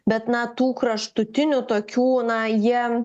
bet na tų kraštutinių tokių na jie